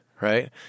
Right